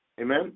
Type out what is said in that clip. Amen